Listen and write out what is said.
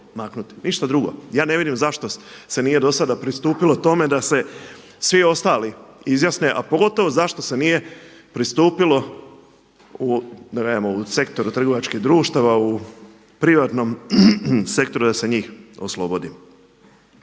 ništa drugo. Ja ne vidim zašto se nije do sada pristupilo tome da se svi ostali izjasne a pogotovo zašto se nije pristupilo u, …/Govornik se ne razumije./… u sektoru trgovačkih društava, u privatnom sektoru da se njih oslobodi.